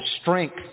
strength